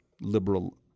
liberal